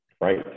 right